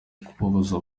kubabaza